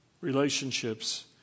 relationships